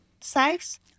size